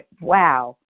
wow